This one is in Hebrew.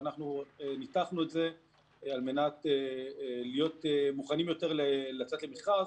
ניתחנו את זה על מנת להיות מוכנים יותר לצאת למכרז.